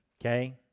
okay